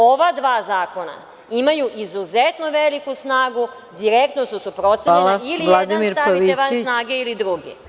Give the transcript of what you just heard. Ova dvazakona imaju izuzetno veliku snagu, direktno su suprotstavljena ili jedan stavite van snage ili drugi.